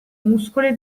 muscoli